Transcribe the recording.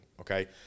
okay